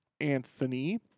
anthony